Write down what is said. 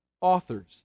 authors